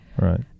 Right